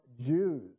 Jews